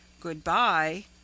Goodbye